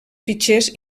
fitxers